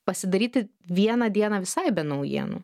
pasidaryti vieną dieną visai be naujienų